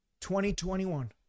2021